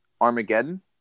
Armageddon